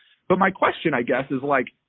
but my question i guess is like,